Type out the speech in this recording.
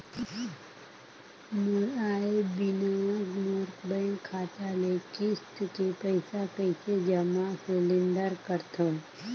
मोर आय बिना मोर बैंक खाता ले किस्त के पईसा कइसे जमा सिलेंडर सकथव?